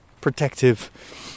protective